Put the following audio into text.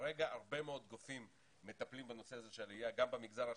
כרגע הרבה מאוד גופים מטפלים בנושא הזה של עלייה - גם במגזר השלישי,